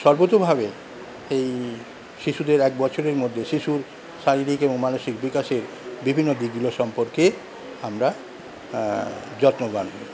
সর্বতভাবে এই শিশুদের এক বছরের মধ্যে শিশুর শারীরিক এবং মানসিক বিকাশের বিভিন্ন দিকগুলো সম্পর্কে আমরা যত্নবান হই